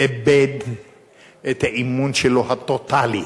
איבד את האמון שלו, הטוטלי,